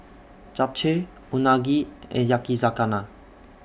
Japchae Unagi and Yakizakana